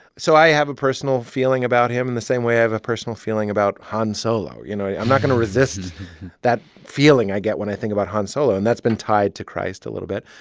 so i have a personal feeling about him in the same way i have a personal feeling about han solo, you know? i'm not going to resist that feeling i get when i think about han solo, and that's been tied to christ a little bit.